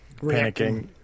panicking